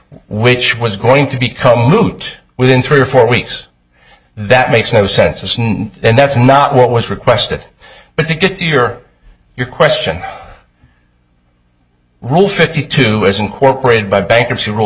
which was going to become moot within three or four weeks that makes no sense a scene and that's not what was requested but it gets your your question role fifty two is incorporated by bankruptcy rule